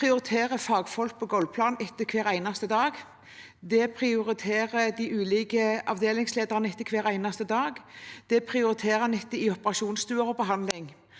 prioriterer fagfolk på golvplanet etter hver eneste dag, det prioriterer de ulike avdelingslederne etter hver eneste dag, det prioriterer en etter i operasjonsstuer og behandling,